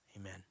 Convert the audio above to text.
amen